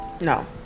no